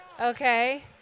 okay